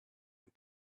and